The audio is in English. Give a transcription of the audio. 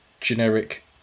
generic